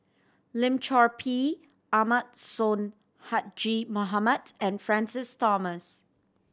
Lim Chor Pee Ahmad Sonhadji Mohamad and Francis Thomas